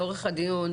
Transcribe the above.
לאורך הדיון,